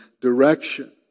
direction